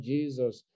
Jesus